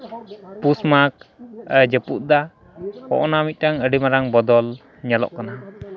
ᱯᱩᱥ ᱢᱟᱜᱽ ᱡᱟᱹᱯᱩᱫ ᱫᱟ ᱱᱚᱜᱼᱚᱱᱟ ᱢᱤᱫᱴᱟᱱ ᱟᱹᱰᱤ ᱢᱟᱨᱟᱝ ᱵᱚᱫᱚᱞ ᱧᱮᱞᱚᱜ ᱠᱟᱱᱟ